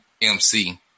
MC